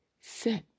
set